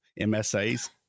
MSAs